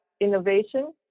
innovation